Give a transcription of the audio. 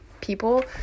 people